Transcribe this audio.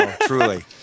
truly